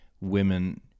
women